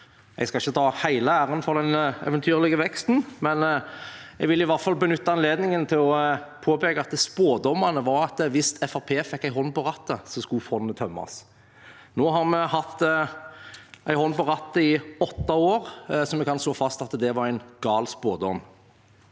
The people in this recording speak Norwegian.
Jeg skal ikke ta hele æren for den eventyrlige veksten, men jeg vil i hvert fall benytte anledningen til å påpeke at spådommene var at hvis Fremskrittspartiet fikk en hånd på rattet, så ville fondet tømmes. Nå har vi hatt en hånd på rattet i åtte år, så vi kan slå fast at det var en gal spådom.